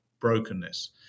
brokenness